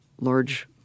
large